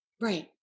Right